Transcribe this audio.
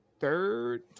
third